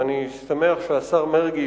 ואני שמח שהשר מרגי,